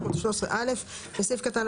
זה לא סטייה מסטנדרט,